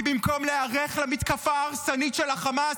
כי במקום להיערך למתקפה ההרסנית של החמאס,